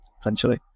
essentially